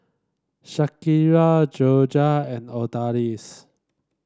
Shakira Jorja and Odalis